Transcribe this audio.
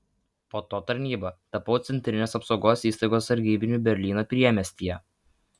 po to tarnyba tapau centrinės apsaugos įstaigos sargybiniu berlyno priemiestyje